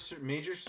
major